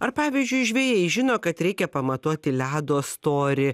ar pavyzdžiui žvejai žino kad reikia pamatuoti ledo storį